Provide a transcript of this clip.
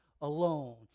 alone